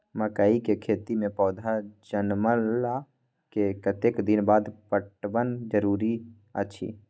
मकई के खेती मे पौधा जनमला के कतेक दिन बाद पटवन जरूरी अछि?